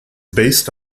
based